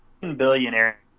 billionaire